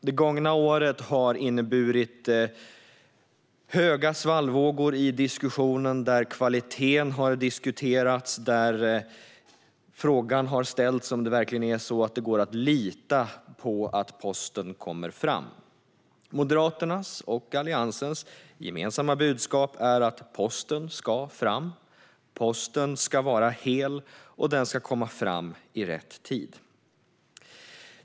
Det gångna året har inneburit höga svallvågor i diskussionen där kvaliteten har diskuterats. Frågan har ställts om det verkligen går att lita på att posten kommer fram. Moderaternas och Alliansens gemensamma budskap är att posten ska fram. Posten ska vara hel, och den ska komma fram i rätt tid.